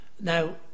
now